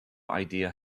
idea